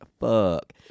fuck